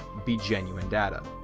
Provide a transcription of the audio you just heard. be genuine data.